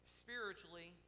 spiritually